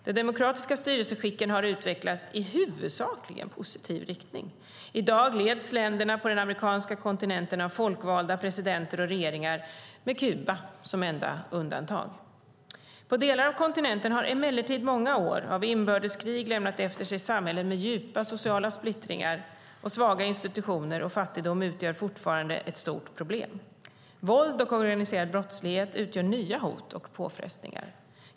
De demokratiska styrelseskicken har utvecklats i en i huvudsakligen positiv riktning. I dag leds länderna på den amerikanska kontinenten av folkvalda presidenter och regeringar, med Kuba som enda undantag. På delar av kontinenten har emellertid många år av inbördeskrig lämnat efter sig samhällen med djupa sociala splittringar och svaga institutioner, och fattigdom utgör fortfarande ett stort problem. Våld och organiserad brottslighet utgör nya hot och påfrestningar.